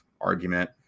argument